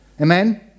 Amen